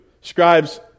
scribes